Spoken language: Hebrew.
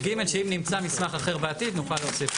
--- שאם נמצא מסמך אחר בעתיד נוכל להוסיף.